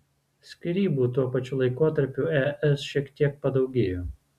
skyrybų tuo pačiu laikotarpiu es šiek tiek padaugėjo